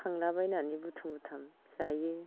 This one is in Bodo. खांलाबायनानै बुथुम बुथाम जायो